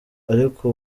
ariko